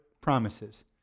promises